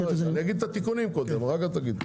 אני אגיד את התיקונים קודם כל, אחר כך תגיד.